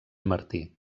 martí